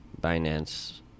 Binance